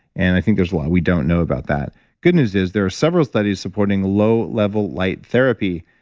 and i think there's a lot we don't know about that good news is, there are several studies supporting low level light therapy.